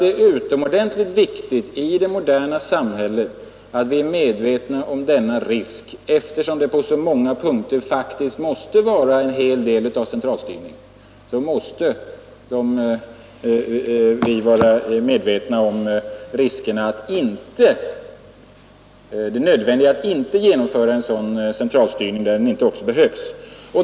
Det är i det moderna samhället utomordentligt viktigt att vi är medvetna om denna risk. Eftersom det på så många punkter faktiskt måste vara en hel del av centralstyrning, måste vi vara medvetna om det önskvärda i att inte genomföra en centralstyrning där den inte behövs.